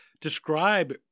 describe –